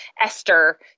Esther